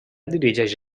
dirigeix